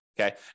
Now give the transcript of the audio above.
Okay